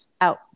out